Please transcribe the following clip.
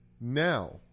Now